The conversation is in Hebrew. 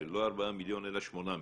לא של 4 מיליון אלא 8 מיליון,